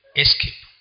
escape